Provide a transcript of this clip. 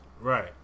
Right